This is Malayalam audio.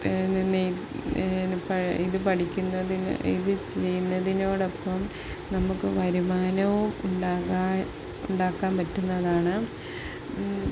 ഇത് പഠിക്കുന്നതിന് ഇത് ചെയ്യുന്നതിനോടൊപ്പം നമുക്ക് വരുമാനവും ഉണ്ടാക്കാൻ പറ്റുന്നതാണ്